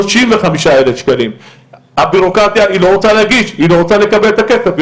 היא לא רוצה להגיש, היא לא רוצה לקבל את הכסף.